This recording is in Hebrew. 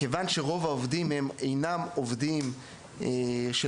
כיוון שרוב העובדים אינם עובדים של